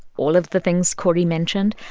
all of the things cory mentioned.